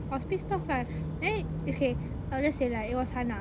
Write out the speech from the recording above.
was pissed off lah then okay I will just say lah it was hannah